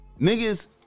Niggas